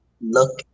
look